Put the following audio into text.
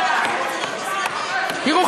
תראו,